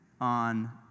on